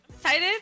Excited